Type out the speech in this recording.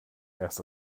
erst